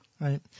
Right